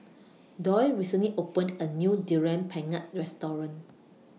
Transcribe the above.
Doyle recently opened A New Durian Pengat Restaurant